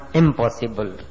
impossible